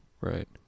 Right